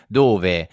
dove